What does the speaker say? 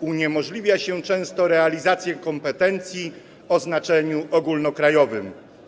uniemożliwia często realizację kompetencji o znaczeniu ogólnokrajowym.